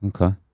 Okay